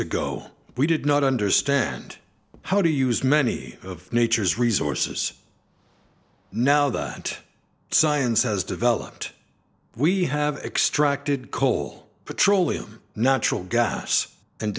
ago we did not understand how to use many of nature's resources now that science has developed we have extracted coal petroleum natural gas and